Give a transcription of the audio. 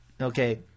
Okay